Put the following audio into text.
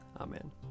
Amen